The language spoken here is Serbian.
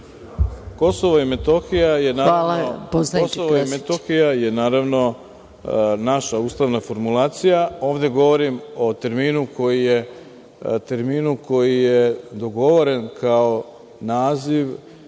Kosovo i Metohija je naravno naša ustavna formulacija. Ovde govorim o terminu koji je dogovoren kao naziv